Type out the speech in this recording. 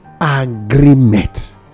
agreement